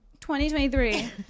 2023